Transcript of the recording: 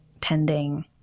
tending